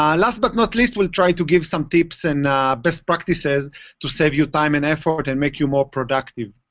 um last but not least, we'll try to give some tips and best practices to save you time and effort and make you more productive.